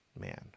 man